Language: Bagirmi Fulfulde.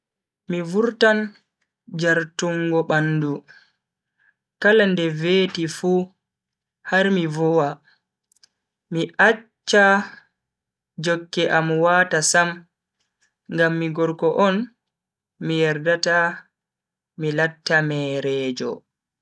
Mi vurtan jartungo bandu kala nde veti fu har mi vowa. mi acchata jokke am wata Sam ngam mi gorko on mi yerdata mi latta merejo.